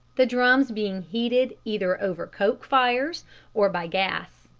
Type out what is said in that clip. the drums being heated either over coke fires or by gas.